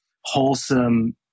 wholesome